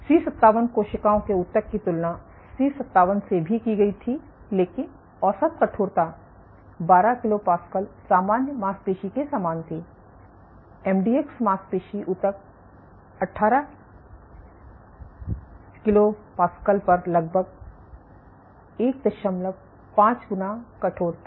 सी57 कोशिकाओं के ऊतक की तुलना सी57 से भी की गई थी लेकिन औसत कठोरता 12kPa सामान्य मांसपेशी के समान थी एमडीएक्स मांसपेशी ऊतक 18kPa पर लगभग 15 गुना कठोर था